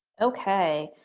okay.